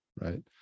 right